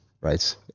right